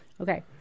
Okay